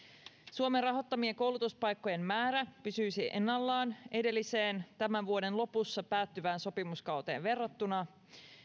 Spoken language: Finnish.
suomen rahoittamien koulutuspaikkojen määrä pysyisi ennallaan edelliseen tämän vuoden lopussa päättyvään sopimuskauteen verrattuna